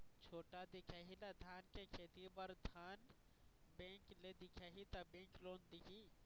छोटे दिखाही ला धान के खेती बर धन बैंक ले दिखाही ला बैंक लोन दिही?